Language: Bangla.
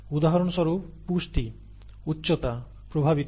উদাহরণস্বরূপ পুষ্টি উচ্চতা প্রভাবিত করে